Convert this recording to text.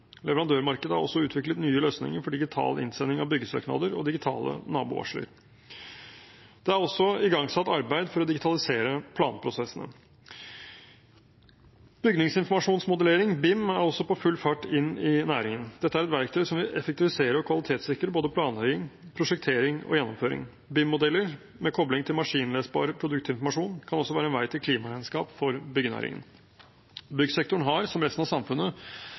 Leverandørmarkedet har også utviklet nye løsninger for digital innsending av byggesøknader og digitale nabovarsler. Det er også igangsatt arbeid for å digitalisere planprosessene. Bygningsinformasjonsmodellering, BIM, er også på full fart inn i næringen. Dette er et verktøy som vil effektivisere og kvalitetssikre både planlegging, prosjektering og gjennomføring. BIM-modeller, med kobling til maskinlesbar produktinformasjon, kan også være en vei til klimaregnskap for byggenæringen. Byggesektoren har, som resten av samfunnet,